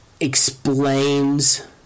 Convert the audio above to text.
explains